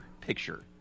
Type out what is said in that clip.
picture